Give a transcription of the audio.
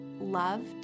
loved